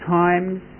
times